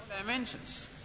dimensions